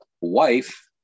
wife